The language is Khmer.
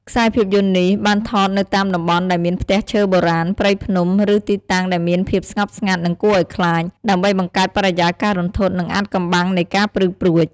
ខ្សែភាពយន្តនេះបានថតនៅតាមតំបន់ដែលមានផ្ទះឈើបុរាណ ព្រៃភ្នំ ឬទីតាំងដែលមានភាពស្ងប់ស្ងាត់ និងគួរឱ្យខ្លាច ដើម្បីបង្កើតបរិយាកាសរន្ធត់ និងអាថ៌កំបាំងនៃការព្រឺព្រួច ។